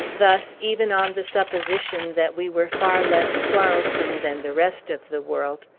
thus, even on the supposition that we were far less quarrelsome than the rest of the world,